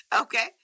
Okay